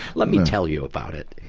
let me tell you about it.